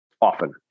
often